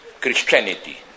Christianity